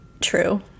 true